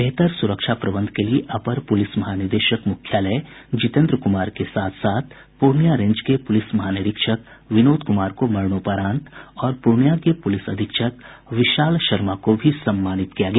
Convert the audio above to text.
बेहतर सुरक्षा प्रबंध के लिए अपर पुलिस महानिदेशक मुख्यालय जितेन्द्र कुमार के साथ साथ पूर्णिया रेंज के पुलिस महानिरीक्षक विनोद कुमार को मरणोपरांत और पूर्णिया के पुलिस अधीक्षक विशाल शर्मा को भी सम्मानित किया किया गया